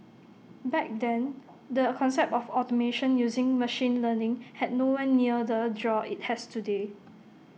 back then the concept of automation using machine learning had nowhere near the A draw IT has today